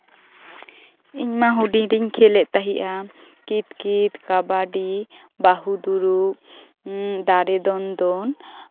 ᱤᱧ ᱢᱟ ᱦᱩᱰᱤᱧ ᱨᱤᱧ ᱠᱷᱮᱞᱮᱜ ᱛᱟᱦᱮᱱᱟ ᱠᱤᱛ ᱠᱤᱛ ᱠᱟᱵᱟᱰᱤ ᱵᱟᱹᱦᱩ ᱫᱩᱲᱩᱵ ᱫᱟᱨᱮ ᱫᱚᱱ ᱫᱚᱱ